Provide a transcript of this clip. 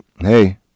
hey